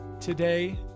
today